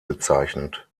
bezeichnet